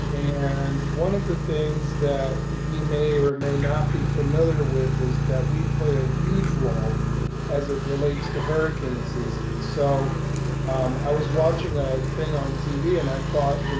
and one of the things that he may or may not be familiar with is that we play a huge role as it relates to hurricane season. and so i was watching a thing on tv and i thought,